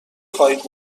خواهید